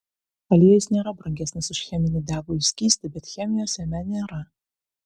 aliejus nėra brangesnis už cheminį degųjį skystį bet chemijos jame nėra